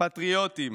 פטריוטים,